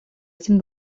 этим